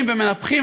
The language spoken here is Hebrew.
להביע את